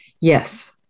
Yes